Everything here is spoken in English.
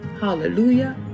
Hallelujah